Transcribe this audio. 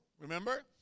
Remember